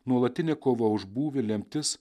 nuolatinė kova už būvį lemtis